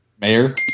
mayor